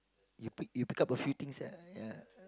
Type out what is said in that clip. you pick you pick up a few things ah ya